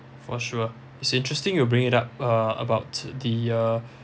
for sure it's interesting you bring it up uh about the uh